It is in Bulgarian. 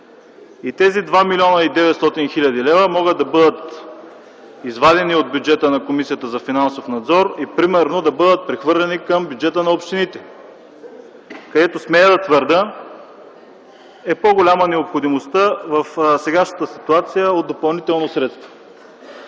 Тези 2 млн. 900 хил. лв. могат да бъдат извадени от бюджета на Комисията по финансов надзор и примерно да бъдат прехвърлени към бюджета на общините, където смея да твърдя, е по-голяма необходимостта в сегашната ситуация, от допълнителни средства.